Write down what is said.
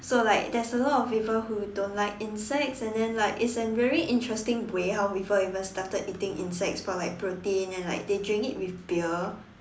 so like there's a lot of people who don't like insects and and then like it's an very interesting way how people even started eating insects for like protein and like they drink it with beer